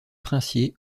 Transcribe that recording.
princier